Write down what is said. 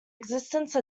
existence